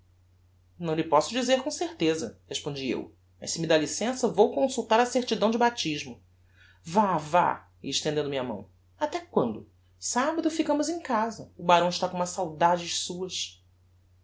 não lhe posso dizer com certeza respondi eu mas se me dá licença vou consultar a certidão de baptismo vá vá e estendendo me a mão até quando sabbado ficamos em casa o barão está com umas saudades suas